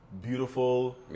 beautiful